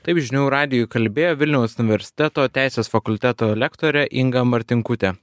taip žinių radijui kalbėjo vilniaus universiteto teisės fakulteto lektorė inga martinkutė